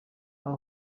aha